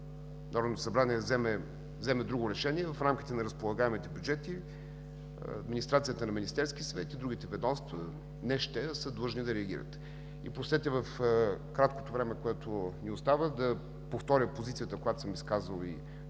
Народното събрание вземе друго решение, в рамките на разполагаемите бюджети администрацията на Министерския съвет и на другите ведомства не „ще”, а „са длъжни” да реагират. В краткото време, което ми остава, позволете да повторя позицията, която съм изказвал и